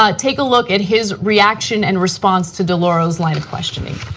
ah take a look at his reaction and response to delauro's line of questioning.